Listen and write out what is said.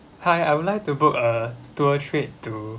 hi I would like to book a tour trip to